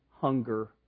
hunger